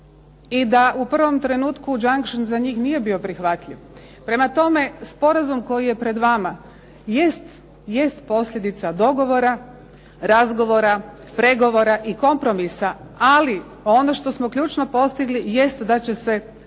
i da u prvom trenutku "junction" za njih nije bio prihvatljiv. Prema tome, sporazum koji je pred vama jest posljedica dogovora, razgovora, pregovora i kompromisa ali ono što smo ključno postigli jest da će se na